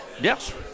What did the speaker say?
yes